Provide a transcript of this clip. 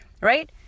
right